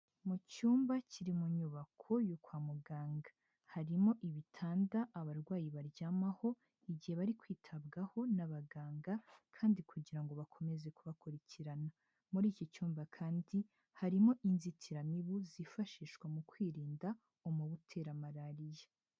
Mu cyumba kiri mu nyubako yo kwa muganga, harimo ibitanda abarwayi baryamaho mu gihe bari kwitabwaho n'abaganga kandi kugira ngo bakomeze kubakurikirana, muri iki cyumba kandi harimo inzitiramibu zifashishwa mu kwirinda umubu utera Malariya.